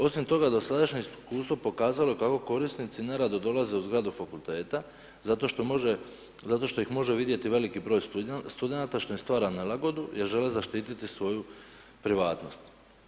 Osim toga, dosadašnje iskustvo pokazalo je kako korisnici nerado dolaze u zgradu fakulteta, zato što može zato što ih može vidjeti veliki broj studenata, što im stvara nelagodu, jer žele zaštiti svoju privatnost.